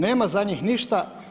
Nema za njih ništa.